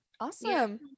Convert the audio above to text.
awesome